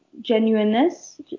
genuineness